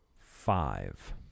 five